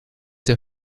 der